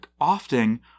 Often